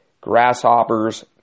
grasshoppers